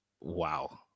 wow